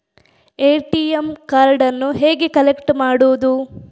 ATM ಕಾರ್ಡನ್ನು ಹೇಗೆ collect ಮಾಡುವುದು?